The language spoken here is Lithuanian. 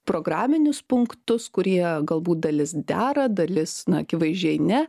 programinius punktus kurie galbūt dalis dera dalis na akivaizdžiai ne